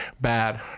bad